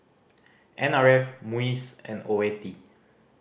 N R F MUIS and Oeti